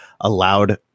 allowed